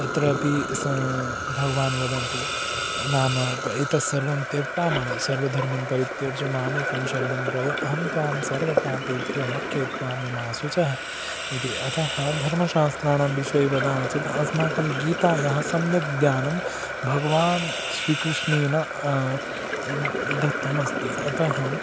तत्र अपि स भगवान् वदति नाम एतत्सर्वं त्यक्त्वा मम सर्वधर्मान् परित्यज्य मामेकं शरणं व्रज अहं त्वां सर्वपापेभ्यो मोख्ययित्वामि मा शुचः इति अतः धर्मशास्त्राणां विषये वदामश्चेत् अस्माकं गीतायाः सम्यक् ज्ञानं भगवान् श्रीकृष्णेन दत्तमस्ति अतः